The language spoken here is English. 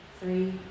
three